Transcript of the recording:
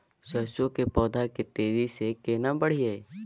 सरसो के पौधा के तेजी से केना बढईये?